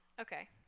Okay